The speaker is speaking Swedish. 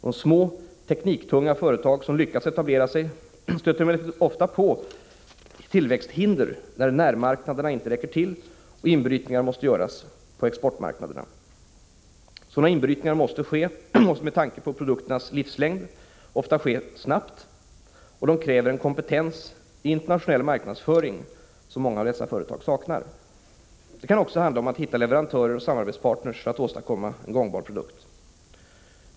De små tekniktunga företag som lyckats etablera sig stöter emellertid ofta på tillväxthinder när närmarknaderna inte räcker till och inbrytningar måste göras på exportmarknaderna. Sådana inbrytningar måste med tanke på produkternas livslängd ofta ske snabbt, och de kräver en kompetens i internationell marknadsföring som många av dessa företag saknar. Det kan också handla om att hitta leverantörer och samarbetspartners för att åstadkomma en gångbar produkt.